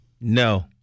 No